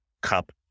Cup